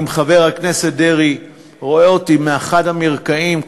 אם חבר הכנסת דרעי רואה אותי באחד המרקעים,